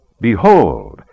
Behold